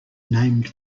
named